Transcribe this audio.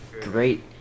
great